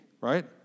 right